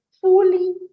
fully